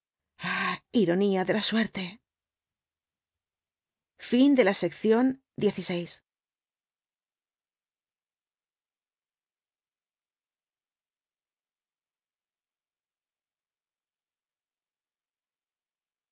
ironía de la suerte vio